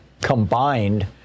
combined